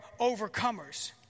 overcomers